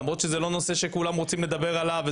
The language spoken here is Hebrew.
למרות שזה לא נושא שכולם רוצים לדבר עליו,